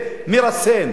מרסן.